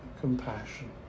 compassion